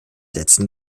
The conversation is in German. sätzen